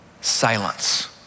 silence